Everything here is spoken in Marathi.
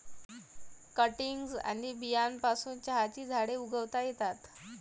कटिंग्ज आणि बियांपासून चहाची झाडे उगवता येतात